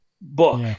book